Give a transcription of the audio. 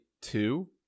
two